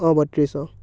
অ' বত্ৰিছ অ'